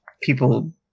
people